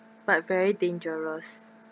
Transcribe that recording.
but very dangerous